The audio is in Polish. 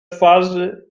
twarzy